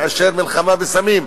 מאשר מלחמה בסמים?